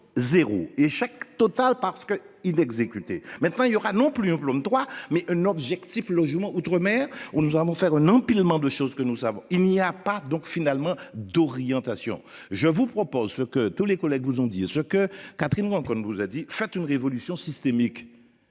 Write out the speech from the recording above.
0 échec total parce que ils n'. Maintenant il y aura non plus hein. L'homme droit mais un objectif logement outre-mer on nous avons faire un empilement de choses que nous savons, il n'y a pas donc finalement d'orientation. Je vous propose ce que tous les collègues nous ont dit ce que Catherine qu'on nous a dit faites une révolution systémique.